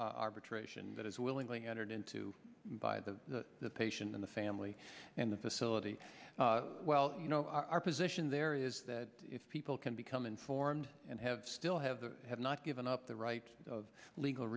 arbitration that is willingly entered into by the patient in the family and the facility well you know our position there is that people can become informed and have still have the have not given up the right of legal